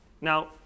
Now